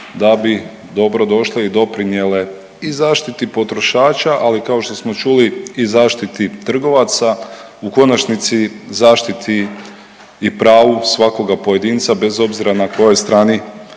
da bi dobro došle i doprinijele i zaštiti potrošača, ali kao što smo čuli i zaštiti trgovaca u konačnici zaštiti i pravu svakoga pojedinca bez obzira na kojoj strani